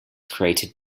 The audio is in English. created